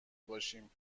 باشیم